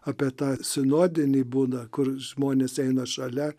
apie tą sinodinį būdą kur žmonės eina šalia